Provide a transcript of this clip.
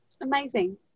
Amazing